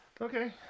Okay